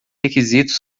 requisitos